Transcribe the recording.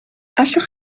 allwch